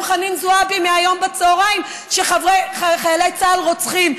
חנין זועבי מהיום בצוהריים שחיילי צה"ל רוצחים.